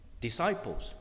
disciples